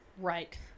Right